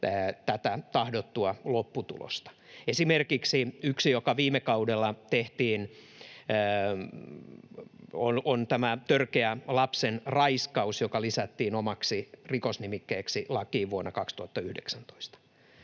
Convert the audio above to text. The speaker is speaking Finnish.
tahdotun lopputuloksen. Esimerkiksi yksi, joka viime kaudella tehtiin, on törkeä lapsenraiskaus, joka lisättiin omaksi rikosnimikkeeksi lakiin vuonna 2019.